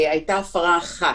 הייתה הפרה אחת.